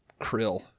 Krill